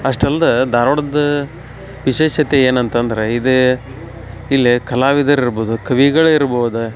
ಅಷ್ಟೇ ಅಲ್ದೆ ಧಾರ್ವಾಡದ್ದು ವಿಶೇಷತೆ ಏನಂತಂದ್ರೆ ಇದು ಇಲ್ಲಿ ಕಲಾವಿದರು ಇರ್ಬೋದು ಕವಿಗಳು ಇರ್ಬೋದು